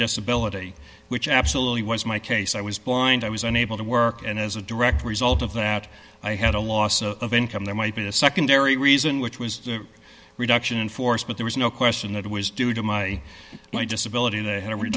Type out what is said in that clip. disability which absolutely was my case i was blind i was unable to work and as a direct result of that i had a loss of income there might be a secondary reason which was a reduction in force but there was no question that it was due to my disability they had to read